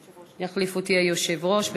יחליף אותי היושב-ראש.